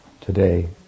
today